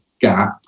gap